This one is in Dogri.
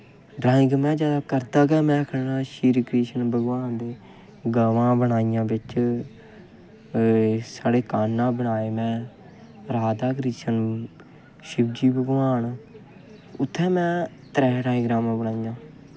ड्राइंग करदा गै में श्री कृष्ण भगवान दी गवां बनाइयां बिच्च साढ़े कान्ना बनाए बिच्च राधा कृष्ण शिवजी भगवान उत्थै में त्रै डायग्रामां बनाइयां